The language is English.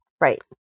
Right